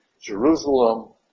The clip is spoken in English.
Jerusalem